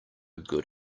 good